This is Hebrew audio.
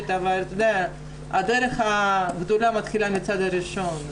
אבל הדרך הגדולה מתחילה מהצעד הראשון.